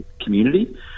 community